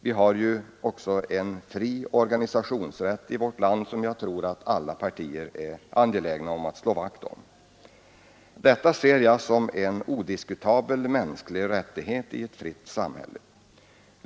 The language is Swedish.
Vi har ju också fri organisationsrätt i vårt land, och den tror jag att alla partier anser det angeläget att slå vakt om. Jag ser detta som en odiskutabel mänsklig rättighet i ett fritt samhälle.